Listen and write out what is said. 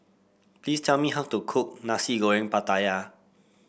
please tell me how to cook Nasi Goreng Pattaya